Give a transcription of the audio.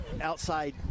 outside